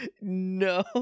No